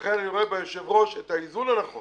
ולכן, אני רואה ביושב-ראש את האיזון הנכון